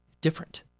different